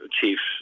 chiefs